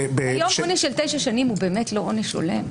היום עונש של תשע שנים הוא באמת לא עונש הולם.